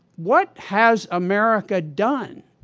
what has america done?